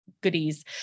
goodies